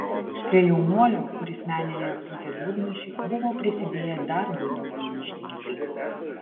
prie jaunuolio kuris menėje pūtė dūdmaišį buvo prisidėję dar du dūdmaišininkai